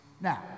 Now